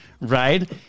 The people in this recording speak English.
right